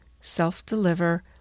self-deliver